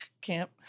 camp